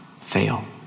fail